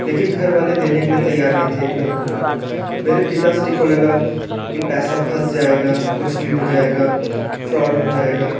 लेकिन घर वाले देने के लिए तैयार नहीं थे एक लाख रुपये मेरे पिता श्री को लगा कि पैसा फस जाएगा कुछ भी हो जाएगा फ्रॉड हो जाएगा